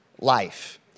life